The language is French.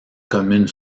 commune